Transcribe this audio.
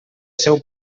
seu